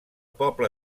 poble